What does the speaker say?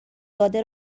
داده